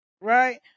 right